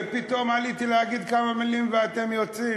ופתאום עליתי להגיד כמה מילים ואתם יוצאים?